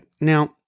Now